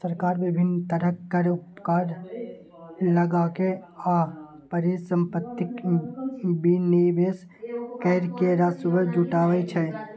सरकार विभिन्न तरहक कर, उपकर लगाके आ परिसंपत्तिक विनिवेश कैर के राजस्व जुटाबै छै